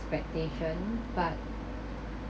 expectation but